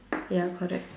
ya correct